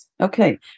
Okay